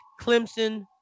Clemson